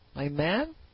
Amen